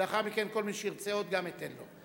לאחר מכן כל מי שירצה עוד, גם אתן לו.